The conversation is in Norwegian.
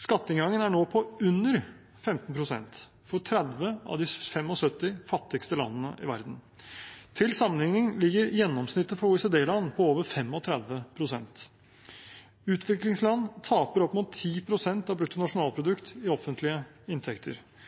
Skatteinngangen er nå på under 15 pst. i 30 av de 75 fattigste landene i verden. Til sammenligning ligger gjennomsnittet for OECD-land på over 35 pst. Utviklingsland taper opp mot 10 pst. av brutto nasjonalprodukt i offentlige inntekter.